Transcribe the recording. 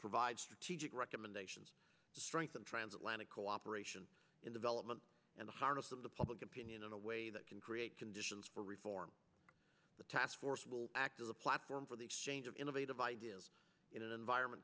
provide strategic recommendations to strengthen trans atlantic cooperation in the relevant and harness of the public opinion in a way that can create conditions for reform the task force will act as a platform for the exchange of innovative ideas in an environment